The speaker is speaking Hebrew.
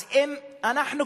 אז אם אנחנו,